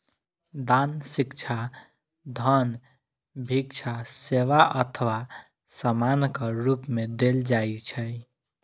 दान शिक्षा, धन, भिक्षा, सेवा अथवा सामानक रूप मे देल जाइ छै